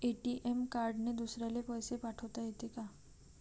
ATM कार्डने दुसऱ्याले पैसे पाठोता येते का?